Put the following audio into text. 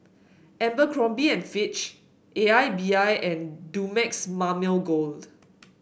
Abercrombie and Fitch A I B I and Dumex Mamil Gold